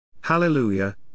Hallelujah